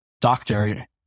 doctor